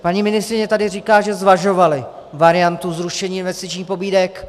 Paní ministryně tady říká, že zvažovali variantu zrušení investičních pobídek.